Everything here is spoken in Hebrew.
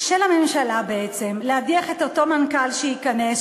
של הממשלה בעצם להדיח את אותו מנכ"ל שייכנס,